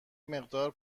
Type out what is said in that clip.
مقدار